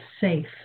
safe